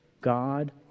God